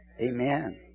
Amen